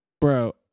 bro